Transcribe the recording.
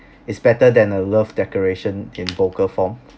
is better than a love declaration in vocal form